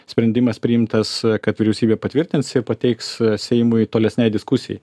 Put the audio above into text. sprendimas priimtas kad vyriausybė patvirtins ir pateiks seimui tolesnei diskusijai